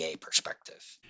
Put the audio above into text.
perspective